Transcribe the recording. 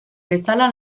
bezala